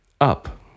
up